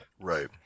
Right